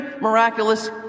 miraculous